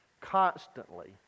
constantly